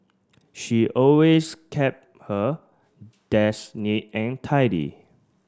she always kept her desk neat and tidy